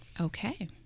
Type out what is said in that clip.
Okay